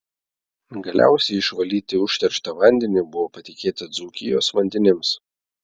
galiausiai išvalyti užterštą vandenį buvo patikėta dzūkijos vandenims